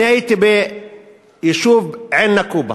אני הייתי ביישוב עין-נקובא.